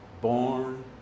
born